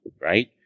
right